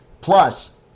Plus